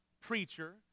preacher